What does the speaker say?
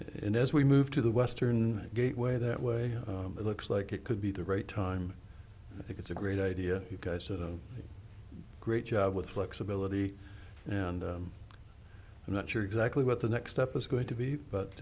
and as we move to the western gateway that way it looks like it could be the right time i think it's a great idea you guys did a great job with flexibility and i'm not sure exactly what the next step is going to be but